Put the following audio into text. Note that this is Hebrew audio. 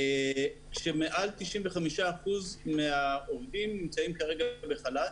כשמעל 95% מהעובדים נמצאים כרגע בחל"ת,